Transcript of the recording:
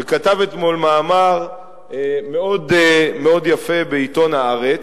שכתב אתמול מאמר מאוד יפה בעיתון "הארץ",